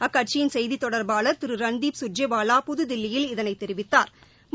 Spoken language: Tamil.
அக்கட்சியின் செய்தி தொடர்பாளர் திரு ரன்தீப் சுர்ஜேவாலா புதுதில்லியில் இதனை தெரிவித்தாா்